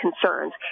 concerns